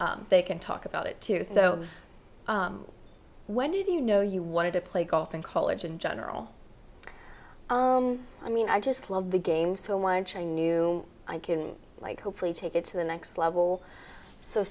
they can talk about it too so when do you know you wanted to play golf in college in general i mean i just love the game so one chain knew i can like hopefully take it to the next level so